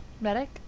medic